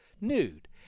Nude